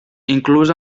inclús